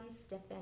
stiffen